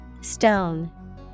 Stone